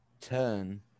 turn